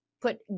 put